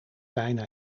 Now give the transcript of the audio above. bijna